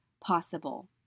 possible